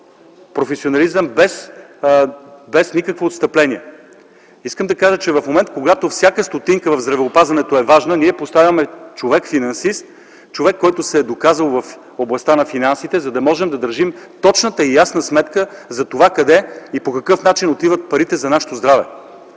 професионализъм - без никакво отстъпление. В момент, когато всяка стотинка в здравеопазването е важна, ние поставяме човек финансист, който се е доказал в областта на финансите, за да можем да държим точната и ясна сметка за това къде и по какъв начин отиват парите за нашето здраве.